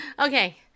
Okay